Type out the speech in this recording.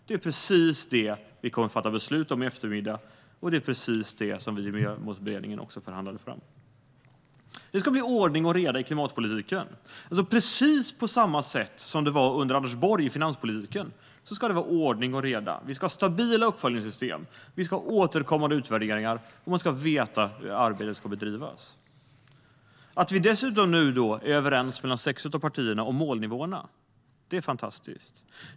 Det är precis det vi kommer att fatta beslut om i eftermiddag, och det var precis det som vi i Miljömålsberedningen förhandlade fram. Det ska bli ordning och reda i klimatpolitiken. På precis samma sätt som det var i finanspolitiken under Anders Borg ska det vara ordning och reda. Vi ska ha stabila uppföljningssystem och återkommande utvärderingar, och man ska veta hur arbetet ska bedrivas. Att dessutom sex av partierna är överens om målnivåerna är fantastiskt.